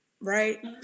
right